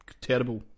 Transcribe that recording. terrible